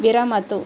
विरमतु